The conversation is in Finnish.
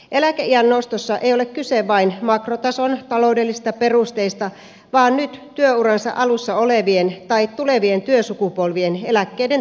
eläkeiän nostossa ei ole kyse vain makrotason taloudellisista perusteista vaan nyt työuransa alussa olevien tai tulevien työsukupolvien eläkkeiden tasosta